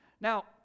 Now